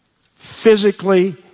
Physically